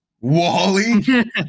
Wally